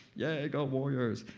yay. go warriors.